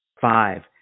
five